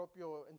propio